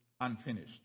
unfinished